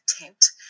attempt